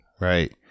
right